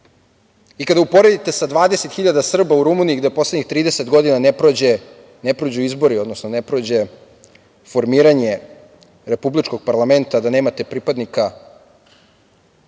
Kada uporedite sa 20 hiljada Srba u Rumuniji gde u poslednjih 30 godina ne prođu izbori, odnosno ne prođe formiranje republičkog parlamenta da nemate pripadnika